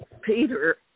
Peter